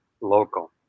local